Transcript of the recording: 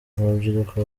urubyiruko